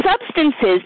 substances